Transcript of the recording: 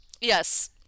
Yes